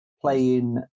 playing